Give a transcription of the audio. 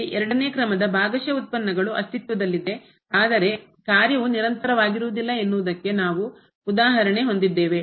ಇಲ್ಲಿ ಎರಡನೇ ಕ್ರಮದ ಭಾಗಶಃ ಉತ್ಪನ್ನಗಳು ಅಸ್ತಿತ್ವದಲ್ಲಿದೆ ಆದರೆ ಕಾರ್ಯವು ನಿರಂತರವಾಗಿರುವುದಿಲ್ಲ ಎನ್ನುವುದಕ್ಕೆ ನಾವು ಉದಾಹರಣೆ ಹೊಂದಿದ್ದೇವೆ